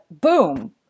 boom